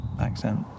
accent